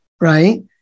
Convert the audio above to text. right